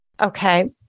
Okay